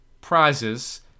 prizes